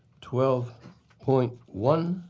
twelve point one.